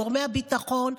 גורמי הביטחון,